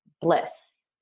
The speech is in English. bliss